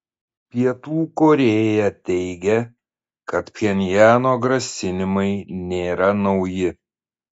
pietų korėja teigia kad pchenjano grasinimai nėra nauji